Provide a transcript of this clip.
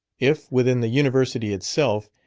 if, within the university itself,